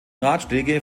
ratschläge